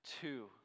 Two